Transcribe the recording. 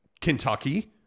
Kentucky